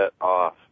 off